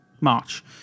March